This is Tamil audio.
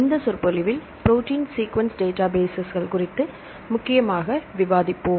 இந்த சொற்பொழிவில் ப்ரோடீன் ஸீக்யூவன்ஸ் டேட்டாபேஸஸ்கள் குறித்து முக்கியமாக விவாதிப்போம்